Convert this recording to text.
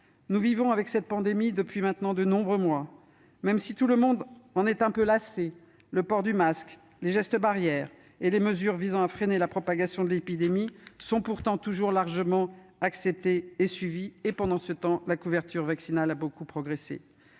Nous vivons avec cette pandémie depuis maintenant de nombreux mois. Même si tout le monde en est un peu lassé, le port du masque, les gestes barrières et les mesures visant à freiner la propagation de l'épidémie sont toujours largement acceptés et suivis. Dans le même temps, la couverture vaccinale a beaucoup progressé.